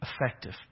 effective